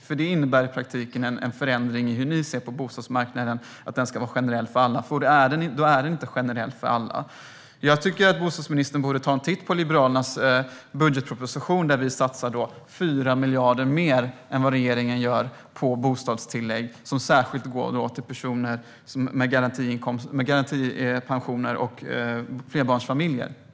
I så fall innebär det en förändring i hur ni ser på bostadsmarknaden, för då är den inte generell för alla. Jag tycker att bostadsministern borde ta en titt på Liberalernas budgetmotion. Vi satsar 4 miljarder mer än vad regeringen gör på bostadstillägg som särskilt går till personer med garantipension och till flerbarnsfamiljer.